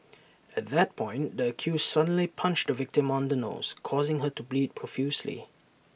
at that point the accused suddenly punched the victim on the nose causing her to bleed profusely